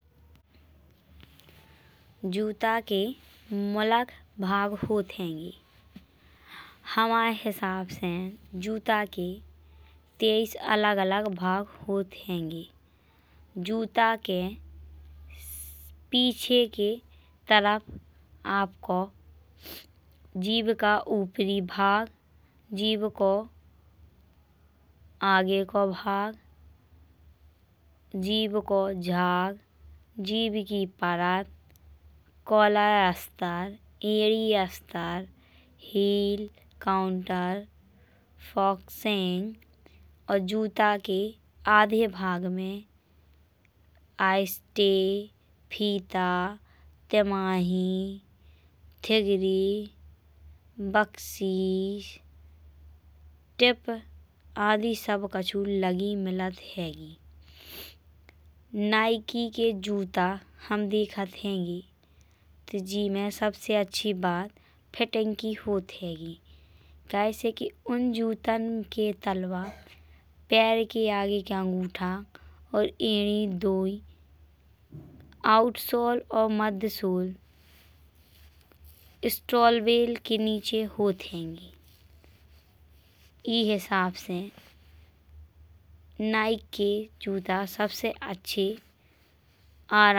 जूता के मुलाक भाव होत हैंगे। हमाए हिसाब से जूता के तेइस अलग अलग भाव होत हैंगे। जूता के पीछे के तरफ आपको जीभ का उपरी भाग। जीभ को आगे को भाग जीभ को झाग जीभ की परत कलर ऐस्टर एड़ी ऐस्टर हील काउंटर फॉक्सेंग। और जूता के आधे भाग में आइस्टे फीता तिमाही ठिगरी बक्सीस टिप आदि। सब कछु मिलत हैंगी नाइके के जूता हम देखत हैंगे। जेमे सबसे अच्छी बात फिटिंग की होत हैंगी। कैसे के उन जूतन के तलवा पैर के आगे के अंगुठा। और एड़ी दोई और आउटसोल और मधयासोल स्टॉलवेल के नीचे होत हैंगे। ई हिसाब से नाइके के जूता सबसे अच्छे होत हैंगे।